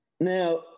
Now